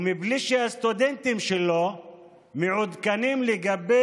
מבלי שהסטודנטים שלו מעודכנים לגבי